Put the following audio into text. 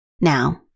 Now